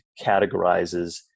categorizes